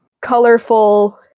colorful